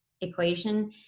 equation